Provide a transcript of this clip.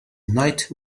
night